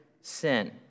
sin